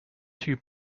too